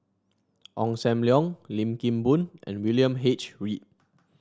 Ong Sam Leong Lim Kim Boon and William H Read